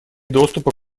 доступа